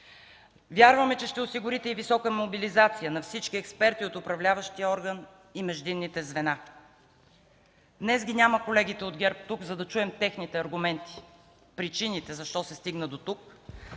Вярваме, че ще осигурите и висока мобилизация на всички експерти от управляващия орган и междинните звена. Днес ги няма колегите от ГЕРБ тук, за да чуем техните аргументи – причините защо се стигна дотук.